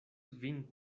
vin